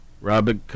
Robert